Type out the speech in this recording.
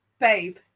babe